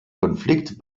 konflikt